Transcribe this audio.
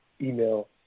email